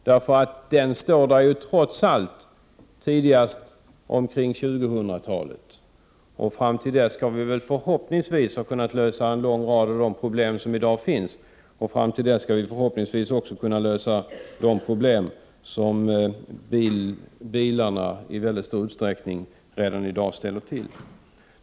Trots allt står den där tidigast i början av 2000-talet, och fram till dess skall vi väl förhoppningsvis ha kunnat lösa en lång rad av de problem som i dag finns och som bilarna i väldigt stor utsträckning ställer till.